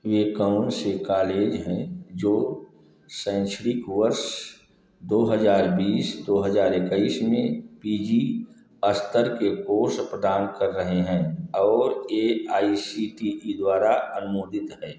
वह कौनसे कालेज हैं जो शैक्षणिक वर्ष दो हज़ार बीस दो हज़ार इक्कीस में पी जी स्तर के कोर्स प्रदान कर रहे हैं और A I C T E द्वारा अनुमोदित हैं